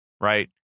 right